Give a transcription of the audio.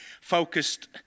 focused